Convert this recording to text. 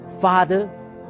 Father